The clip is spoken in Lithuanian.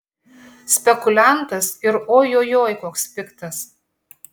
spekuliantas ir ojojoi koks piktas